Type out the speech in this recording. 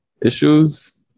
issues